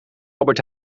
albert